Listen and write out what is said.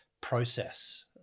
process